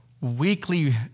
weekly